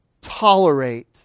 tolerate